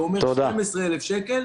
זה אומר 12,000 שקל.